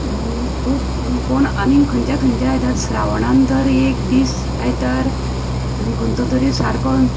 खूब आनीक कोण खंयच्या खंयच्यान श्रावणान तर एक दीस आयतार खंयचो तरी सारको